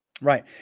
right